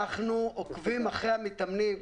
אנחנו עוקבים אחרי המתאמנים,